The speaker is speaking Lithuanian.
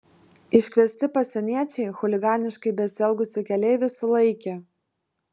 iškviesti pasieniečiai chuliganiškai besielgusį keleivį sulaikė